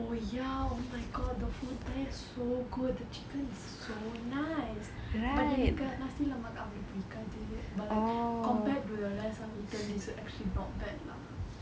oh ya oh my god the food there is so good the chicken is so nice but எனக்கு:enakku nasi lemak பிடிக்காது:pidikaathu but like compared to the rest of the dessert is actually not bad lah